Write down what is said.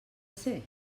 ser